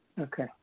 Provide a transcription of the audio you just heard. Okay